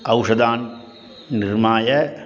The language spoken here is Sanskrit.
औषधान् निर्माय